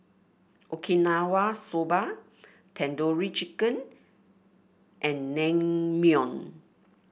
Okinawa Soba Tandoori Chicken and Naengmyeon